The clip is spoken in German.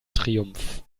triumph